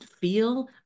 feel